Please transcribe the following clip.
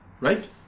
Right